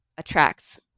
attracts